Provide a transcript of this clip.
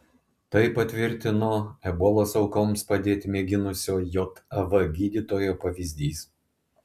tai patvirtino ebolos aukoms padėti mėginusio jav gydytojo pavyzdys